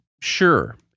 Sure